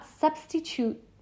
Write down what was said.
substitute